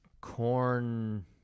Corn